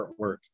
artwork